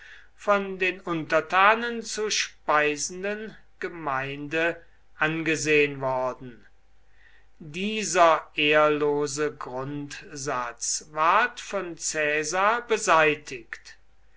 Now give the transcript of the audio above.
von den untertanen zu speisenden gemeinde angesehen worden dieser ehrlose grundsatz ward von caesar beseitigt